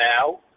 now